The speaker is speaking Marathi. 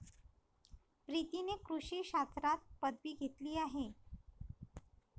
प्रीतीने कृषी शास्त्रात पदवी घेतली आहे